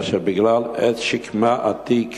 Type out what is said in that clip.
כאשר בגלל עץ שקמה עתיק,